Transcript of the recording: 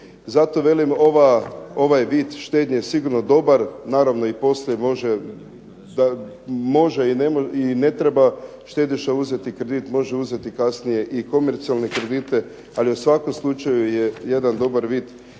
Zato kažem ovaj vid štednje je sigurno dobar. Naravno i poslije može i ne treba štediša uzeti kredit, može uzeti kasnije i komercijalne kredite ali u svakom slučaju je jedan dobar vid